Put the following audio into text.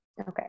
Okay